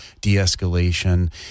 de-escalation